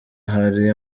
hari